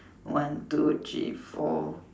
one two three four